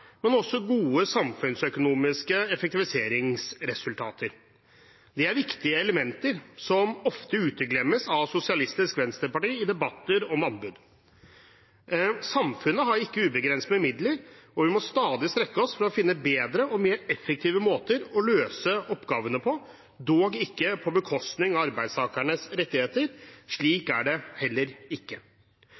men også gode samfunnsøkonomiske effektiviseringsresultater. Det er viktige elementer, som ofte uteglemmes av Sosialistisk Venstreparti i debatter om anbud. Samfunnet har ikke ubegrenset med midler, og vi må stadig strekke oss for å finne bedre og mer effektive måter å løse oppgavene på, dog ikke på bekostning av arbeidstakernes rettigheter. Slik er det heller ikke.